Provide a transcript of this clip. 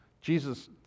Jesus